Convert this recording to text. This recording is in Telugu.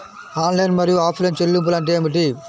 ఆన్లైన్ మరియు ఆఫ్లైన్ చెల్లింపులు అంటే ఏమిటి?